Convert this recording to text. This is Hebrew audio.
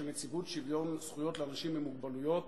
של נציבות שוויון זכויות לאנשים עם מוגבלויות,